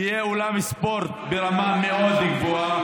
יהיה אולם ספורט ברמה מאוד גבוהה.